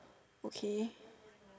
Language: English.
okay